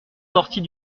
sortit